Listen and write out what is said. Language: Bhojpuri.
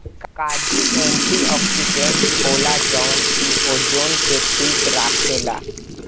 काजू एंटीओक्सिडेंट होला जवन की ओजन के ठीक राखेला